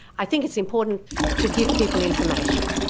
i think it's important to give people information.